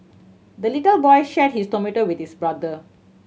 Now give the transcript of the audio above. the little boy shared his tomato with his brother